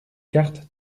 cartes